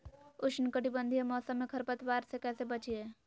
उष्णकटिबंधीय मौसम में खरपतवार से कैसे बचिये?